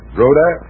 Rhoda